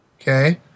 Okay